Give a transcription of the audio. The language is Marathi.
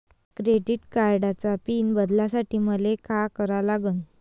क्रेडिट कार्डाचा पिन बदलासाठी मले का करा लागन?